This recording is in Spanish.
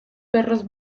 perros